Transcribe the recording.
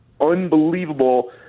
unbelievable